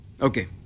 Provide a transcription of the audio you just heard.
Okay